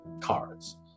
cards